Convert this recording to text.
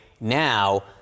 now